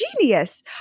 genius